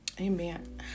amen